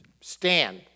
Stand